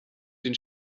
den